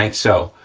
and so,